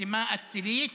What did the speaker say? משימה אצילית,